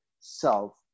self